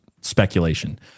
speculation